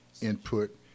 input